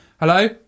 Hello